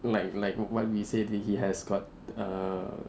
like like what we say he has got err